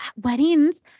weddings